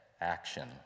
action